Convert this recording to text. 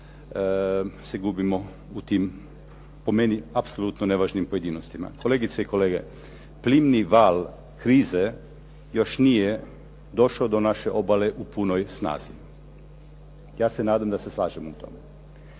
se gubimo u tim, po meni apsolutno nevažnim pojedinostima. Kolegice i kolege, plimni val krize još nije došao do naše obale u punoj snazi. Ja se nadam da se slažemo u tome.